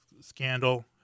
scandal